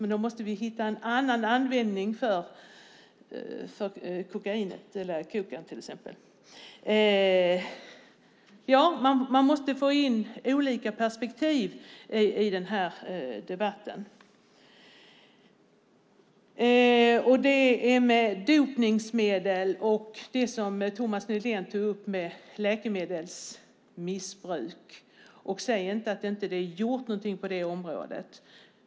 Men då måste vi hitta en annan användning för till exempel kokaplantan. Man måste föra in olika perspektiv i denna debatt. Thomas Nihlén tog upp dopningsmedel och läkemedelsmissbruk. Säg inte att ingenting är gjort på detta område.